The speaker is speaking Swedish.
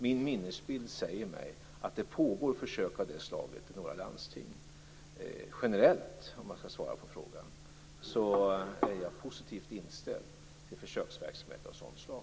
Min minnesbild säger mig att det pågår försök av det slaget i några landsting. Om jag skall svara generellt på frågan så är jag positivt inställd till försöksverksamhet av sådant slag.